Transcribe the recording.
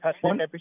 One